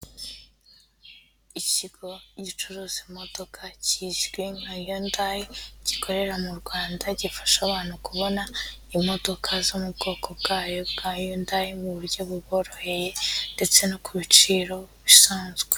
Ikigo gicuruza imodoka kizwi nka Yundayi gikorera mu Rwanda gifasha abantu kubona imodoka zo mu bwoko bwayo bwa Yundayi mu buryo buboroheye ndetse no ku biciro bisanzwe.